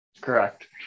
Correct